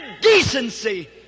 decency